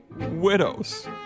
widows